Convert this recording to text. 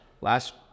Last